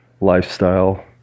lifestyle